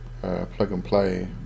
plug-and-play